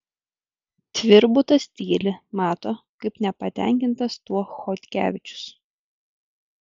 tvirbutas tyli mato kaip nepatenkintas tuo chodkevičius